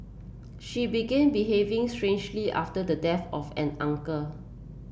she began behaving strangely after the death of an uncle